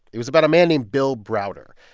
it was about a man named bill browder.